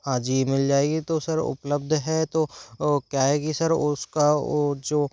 हाँ जी मिल जाएगी तो सर उपलब्ध है तो क्या है कि सर उस का और जो